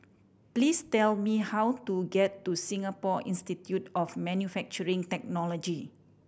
please tell me how to get to Singapore Institute of Manufacturing Technology